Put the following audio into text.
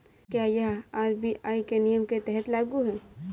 क्या यह आर.बी.आई के नियम के तहत लागू है?